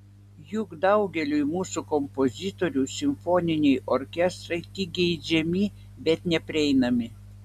juk daugeliui mūsų kompozitorių simfoniniai orkestrai tik geidžiami bet neprieinami